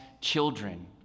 children